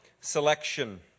selection